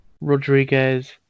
Rodriguez